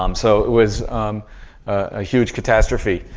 um so, it was a huge catastrophe.